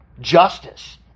justice